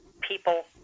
people